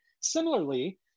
Similarly